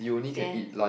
then